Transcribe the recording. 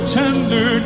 tender